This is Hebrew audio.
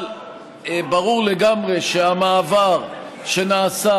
אבל ברור לגמרי שהמעבר שנעשה,